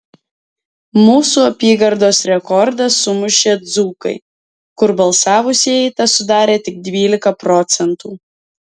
mūsų apygardos rekordą sumušė dzūkai kur balsavusieji tesudarė tik dvylika procentų